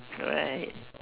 alright